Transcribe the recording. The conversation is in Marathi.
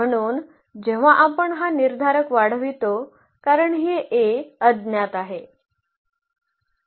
म्हणून जेव्हा आपण हा निर्धारक वाढवितो कारण हे A अज्ञात आहे